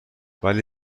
ولی